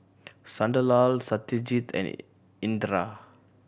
Sunderlal Satyajit and Indira